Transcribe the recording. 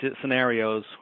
scenarios